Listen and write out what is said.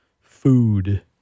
food